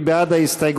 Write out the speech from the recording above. מי בעד ההסתייגות?